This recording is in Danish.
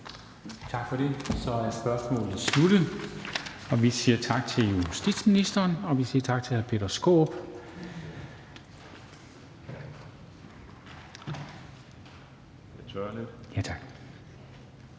Tak for det. Så er spørgsmålet sluttet. Og vi siger tak til justitsministeren, og vi siger tak til hr. Peter Skaarup.